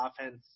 offense